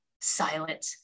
silent